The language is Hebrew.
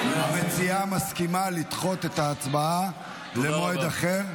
המציעה מסכימה לדחות את ההצבעה למועד אחר.